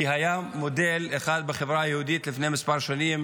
כי היה מודל אחד בחברה היהודית לפני מספר שנים.